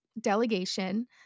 delegation